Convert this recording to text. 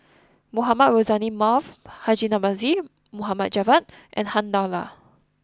Mohamed Rozani Maarof Haji Namazie Mohd Javad and Han Lao Da